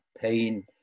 pain